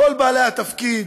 כל בעלי התפקיד,